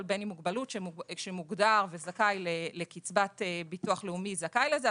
כל בן עם מוגבלות שמוגדר וזכאי לקצבת ביטוח לאומי זכאי לזה,